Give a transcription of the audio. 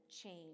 change